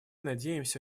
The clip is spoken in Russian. надеемся